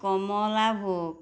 কমলাভোগ